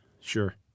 Sure